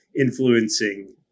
influencing